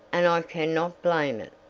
and i can not blame it.